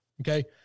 Okay